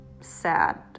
sad